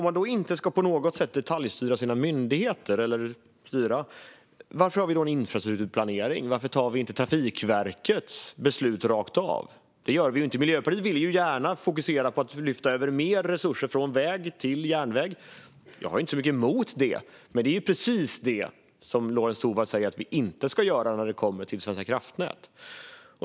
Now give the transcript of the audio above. Om man inte på något sätt ska detaljstyra sina myndigheter, varför har vi då en infrastrukturplanering? Varför tar vi inte Trafikverkets beslut rakt av? Det gör vi ju inte. Miljöpartiet vill gärna fokusera på att lyfta över mer resurser från väg till järnväg. Jag har inte särskilt mycket emot det. Men det är precis så Lorentz Tovatt säger att vi inte ska göra när det gäller Svenska kraftnät.